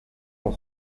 como